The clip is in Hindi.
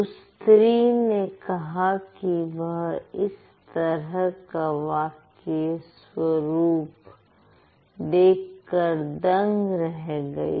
उस स्त्री ने कहा कि वह इस तरह का वाक्य स्वरूप देखकर दंग रह गई